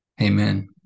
amen